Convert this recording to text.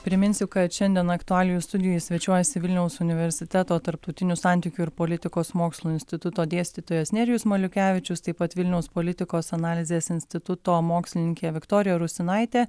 priminsiu kad šiandien aktualijų studijoj svečiuojasi vilniaus universiteto tarptautinių santykių ir politikos mokslų instituto dėstytojas nerijus maliukevičius taip pat vilniaus politikos analizės instituto mokslininkė viktorija rusinaitė